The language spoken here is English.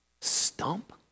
stump